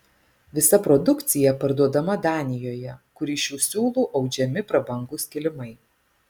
visa produkcija parduodama danijoje kur iš šių siūlų audžiami prabangūs kilimai